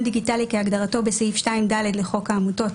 מען דיגיולי כהגדרתו בסעיף 2(ד) לחוק העמותות,